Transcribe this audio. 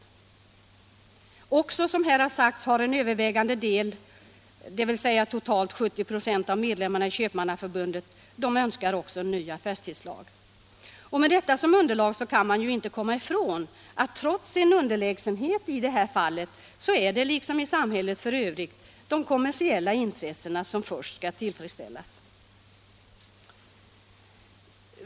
Dessutom önskar, som tidigare har framhållits här, en övervägande del — totalt 70 96 —- av medlemmarna i Köpmannaförbundet en ny affärstidslag. Med detta som underlag kan man inte komma ifrån att trots sin underlägsenhet är det i det här fallet liksom i samhället i övrigt de kommersiella intressena som först tillfredsställs.